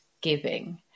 giving